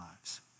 lives